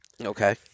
Okay